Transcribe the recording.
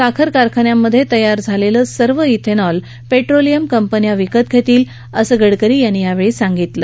साखर कारखान्यांमध्ये तयार झालेले सर्व श्रिनॉल पेट्रोलियम कंपन्या विकत घेतील असं गडकरी यांनी यावेळी सांगितलं